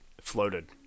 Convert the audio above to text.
floated